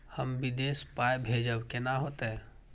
हम विदेश पाय भेजब कैना होते?